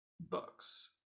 books